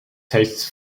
tastes